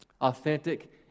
Authentic